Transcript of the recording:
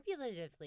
manipulatively